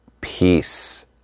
peace